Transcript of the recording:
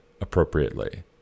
appropriately